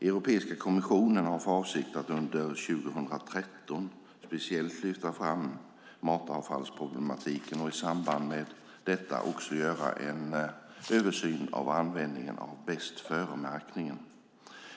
Europeiska kommissionen har för avsikt att under 2013 specifikt lyfta fram matavfallsproblematiken och i samband med detta också göra en översyn av användningen av bästföremärkning.